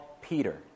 Peter